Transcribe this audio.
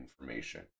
information